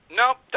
nope